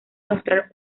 mostrar